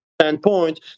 standpoint